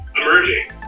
emerging